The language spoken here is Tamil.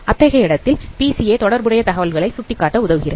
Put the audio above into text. அத்தகைய இடத்தில் பிசிஏ தொடர்புடைய தகவல்களை சுட்டி காட்ட உதவுகிறது